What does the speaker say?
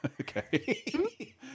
okay